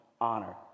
honor